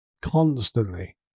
constantly